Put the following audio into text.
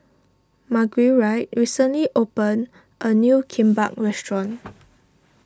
Marguerite recently opened a new Kimbap restaurant